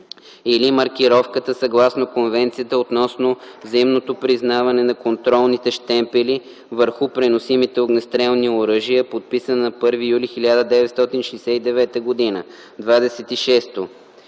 или маркировката, съгласно Конвенцията относно взаимното признаване на контролните щемпели върху преносимите огнестрелни оръжия, подписана на 1 юли 1969 г. 26.